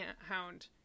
hound